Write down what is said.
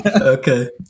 Okay